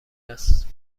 است